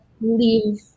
leave